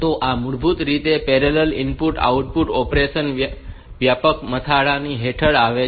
તો આ મૂળભૂત રીતે પેરેલલ ઇનપુટ આઉટપુટ ઓપરેશન ના વ્યાપક મથાળા હેઠળ આવે છે